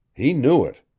he knew it.